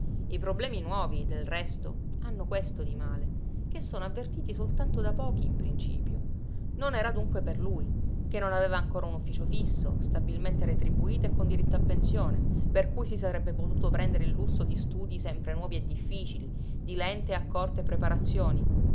i problemi nuovi del resto hanno questo di male che sono avvertiti soltanto da pochi in principio non era dunque per lui che non aveva ancora un ufficio fisso stabilmente retribuito e con diritto a pensione per cui si sarebbe potuto prendere il lusso di studii sempre nuovi e difficili di lente e accorte preparazioni